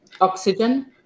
oxygen